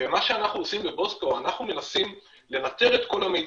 ומה שאנחנו עושים בבוסקו אנחנו מנסים לנטר את כל המידע